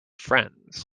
friends